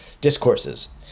discourses